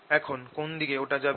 এখন কোন দিকে ওটা যাবে